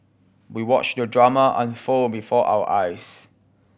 we watched the drama unfold before our eyes